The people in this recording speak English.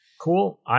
Cool